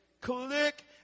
click